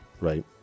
right